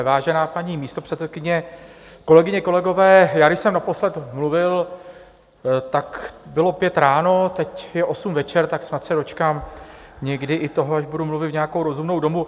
Vážená paní místopředsedkyně, kolegyně, kolegové, já když jsem naposled mluvil, tak bylo pět ráno, teď je osm večer, tak snad se dočkám někdy i toho, že budu mluvit v nějakou rozumnou dobu.